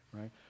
Right